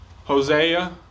Hosea